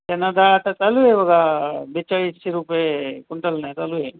चणा डाळ आता चालू आहे बघा बेचाळीसशे रुपये क्विंटलने चालू आहे